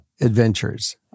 adventures